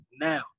now